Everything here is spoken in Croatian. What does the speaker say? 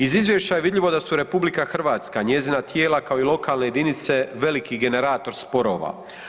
Iz izvješća je vidljivo da su RH, njezina tijela kao i lokalne jedinice veliki generator sporova.